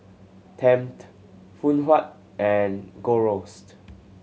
Tempt Phoon Huat and Gold Roast